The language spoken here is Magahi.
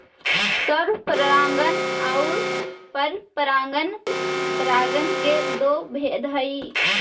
स्वपरागण आउ परपरागण परागण के दो भेद हइ